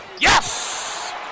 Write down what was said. Yes